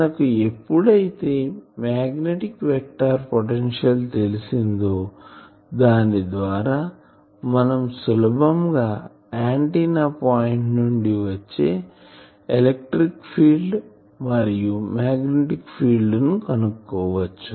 మనకు ఎప్పుడు అయితే మాగ్నెటిక్ వెక్టార్ పొటెన్షియల్ తెలిసిందో దాని ద్వారా మనం సులభం గా ఆంటిన్నా పాయింట్ నుండి వచ్చే ఎలక్ట్రిక్ ఫీల్డ్ మరియు మాగ్నెటిక్ ఫీల్డ్ లను కనుక్కో వచ్చు